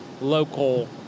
local